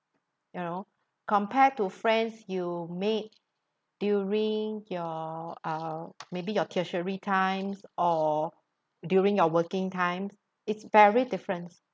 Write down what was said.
you know compared to friends you made during your uh maybe your tertiary times or during your working time is very different